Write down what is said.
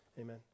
Amen